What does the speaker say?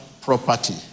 property